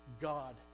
God